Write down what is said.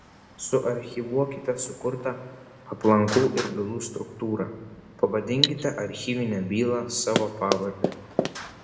suarchyvuokite sukurtą aplankų ir bylų struktūrą pavadinkite archyvinę bylą savo pavarde